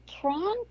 Tron